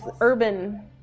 urban